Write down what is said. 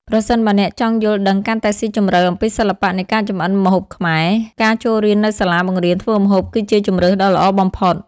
ប្រសិនបើអ្នកចង់យល់ដឹងកាន់តែស៊ីជម្រៅអំពីសិល្បៈនៃការចម្អិនម្ហូបខ្មែរ ការចូលរៀននៅសាលាបង្រៀនធ្វើម្ហូបគឺជាជម្រើសដ៏ល្អបំផុត ។